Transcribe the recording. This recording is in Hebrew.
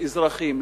לאזרחים,